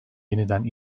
yeniden